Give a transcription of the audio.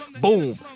Boom